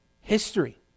history